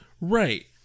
Right